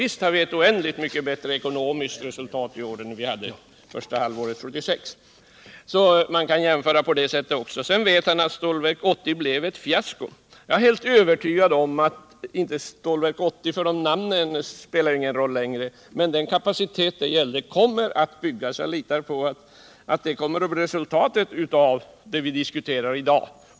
Visst har vi fått ett oändligt mycket bättre ekonomiskt resultat i år än vad vi hade under första halvåret 1976! Man kan jämföra på det viset också! Sedan vet Anders Wijkman att Stålverk 80 blev ett fiasko. Jag är helt övertygad om att stålverk — inte Stålverk 80, för namnen spelar ingen roll längre — med den kapacitet det gällde kommer att byggas. Jag litar på att det om några år kommer att bli resultatet av det som vidiskuterar i dag.